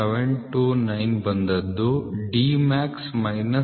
729 ಬಂದಿದ್ದು Dmax minus t